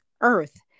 earth